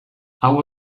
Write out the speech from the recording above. hau